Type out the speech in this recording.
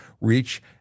reach